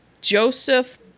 Joseph